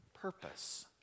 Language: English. purpose